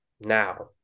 now